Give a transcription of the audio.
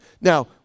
Now